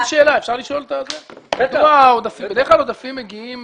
בדרך כלל עודפים מגיעים